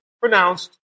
pronounced